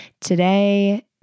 Today